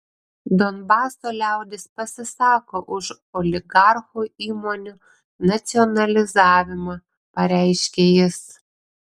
donbaso liaudis pasisako už oligarchų įmonių nacionalizavimą pareiškė jis